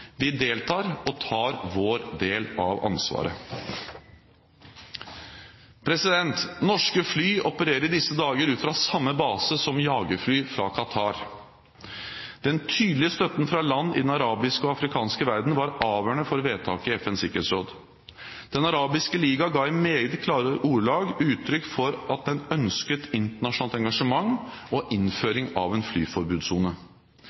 vi deltar og tar vår del av ansvaret. Norske fly opererer i disse dager ut fra samme base som jagerfly fra Qatar. Den tydelige støtten fra land i den arabiske og afrikanske verden var avgjørende for vedtaket i FNs sikkerhetsråd. Den arabiske liga ga i meget klare ordelag uttrykk for at den ønsket internasjonalt engasjement og